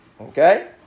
Okay